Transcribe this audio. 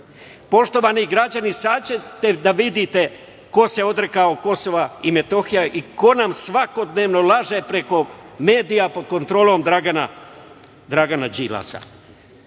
niste? Poštovani građani, sad ćete da vidite ko se odrekao KiM i ko nam svakodnevno laže preko medija pod kontrolom Dragana Đilasa. Kad